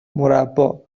مربّا